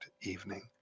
evening